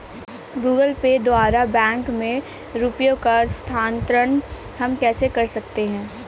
Google Pay द्वारा bank में रुपयों का स्थानांतरण हम कैसे कर सकते हैं?